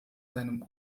seinem